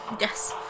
Yes